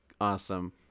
Awesome